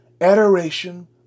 adoration